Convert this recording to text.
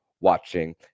watching